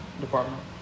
department